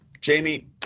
Jamie